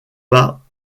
pas